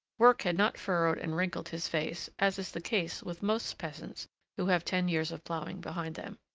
work had not furrowed and wrinkled his face, as is the case with most peasants who have ten years of ploughing behind them.